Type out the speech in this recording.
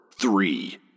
three